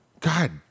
God